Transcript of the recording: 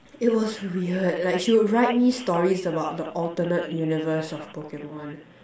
it was weird like she would write me stories about the alternate universe of Pokemon